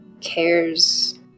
cares